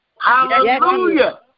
Hallelujah